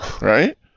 Right